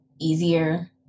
easier